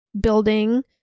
building